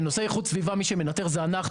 מי שמנטר אלה אנחנו.